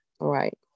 Right